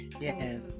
Yes